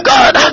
God